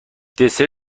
دسر